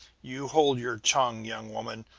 you hold your tongue, young woman,